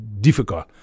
difficult